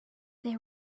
they